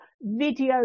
video